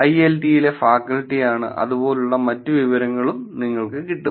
ഐഐഐടിയിലെ ഫാക്കൽറ്റിയാണ് അതുപോലുള്ള മറ്റു കാര്യങ്ങളും കിട്ടും